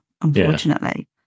unfortunately